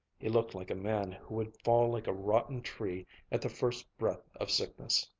he looked like a man who would fall like a rotten tree at the first breath of sickness.